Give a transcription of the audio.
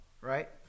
right